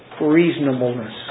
reasonableness